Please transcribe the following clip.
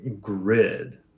grid